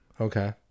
Okay